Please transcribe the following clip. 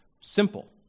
simple